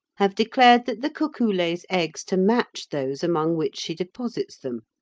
have declared that the cuckoo lays eggs to match those among which she deposits them,